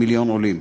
עם מיליון עולים.